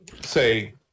say